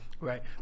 right